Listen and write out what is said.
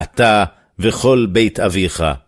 אתה וכל בית אביך.